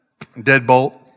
Deadbolt